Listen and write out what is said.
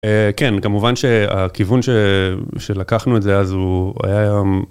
כן, כמובן שהכיוון שלקחנו את זה, אז הוא היה יום...